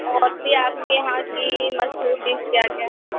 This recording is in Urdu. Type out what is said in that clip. اور بھی آپ کے یہاں کی مشہور ڈس کیا کیا ہے